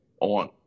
on